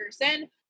person